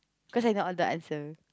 cause I know all the answer